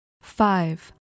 five